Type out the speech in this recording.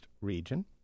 region